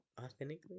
authentically